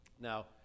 Now